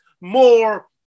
more